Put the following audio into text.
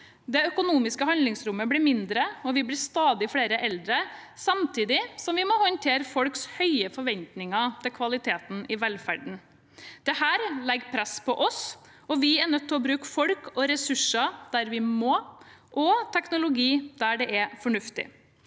Det økonomiske handlingsrommet blir mindre, og vi blir stadig flere eldre, samtidig som vi må håndtere folks høye forventninger til kvalitet i velferden. Dette legger press på oss, og vi er nødt til å bruke folk og ressurser der vi må, og bruke teknologi der det er fornuftig.